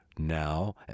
Now